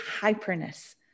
hyperness